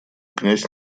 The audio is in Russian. князь